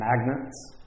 magnets